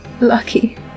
Lucky